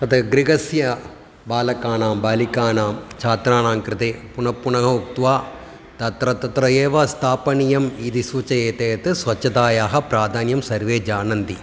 तद् गृहस्य बालकानां बालिकानां छात्राणां कृते पुनप्पुनः उक्त्वा तत्र तत्र एव स्थापनीयम् इति सूचयेत् स्वच्छतायाः प्राधान्यं सर्वे जानन्ति